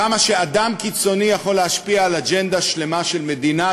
כמה שאדם קיצוני יכול להשפיע על אג'נדה שלמה של מדינה,